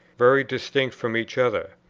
very distinct from each other?